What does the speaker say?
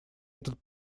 этот